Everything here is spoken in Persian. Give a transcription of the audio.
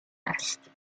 است